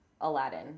Aladdin